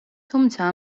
თუმცა